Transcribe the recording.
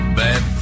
bad